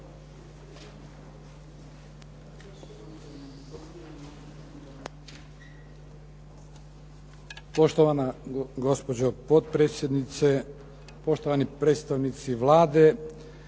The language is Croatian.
Poštovana gospođo potpredsjednice, poštovani predstavnici Vlade.